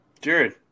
Jared